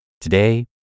Today